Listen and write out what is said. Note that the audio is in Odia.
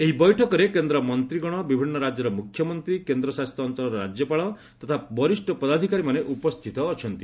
ଏହି ବୈଠକରେ କେନ୍ଦ୍ର ମନ୍ତ୍ରୀଗଣ ବିଭିନ୍ନ ରାଜ୍ୟର ମୁଖ୍ୟମନ୍ତ୍ରୀ କେନ୍ଦ୍ରଶାସିତ ଅଞ୍ଚଳର ରାଜ୍ୟପାଳ ତଥା ବରିଷ୍ଠ ପଦାଧିକାରୀମାନେ ଉପସ୍ଥିତ ଅଛନ୍ତି